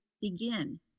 begin